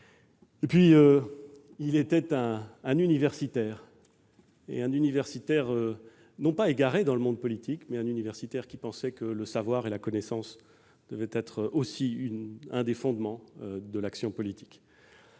Et puis il était un universitaire, un universitaire non pas égaré dans le monde politique, mais qui pensait que le savoir et la connaissance devaient être aussi l'un des fondements de l'action politique.